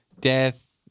death